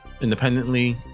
independently